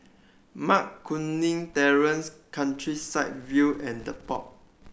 Mac Kuning Terrace Countryside View and The Pod